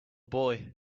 boy